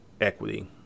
equity